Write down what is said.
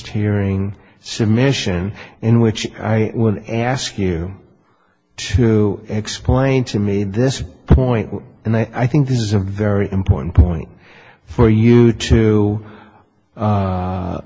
hearing submission in which i would ask you to explain to me this point and i think this is a very important point for you to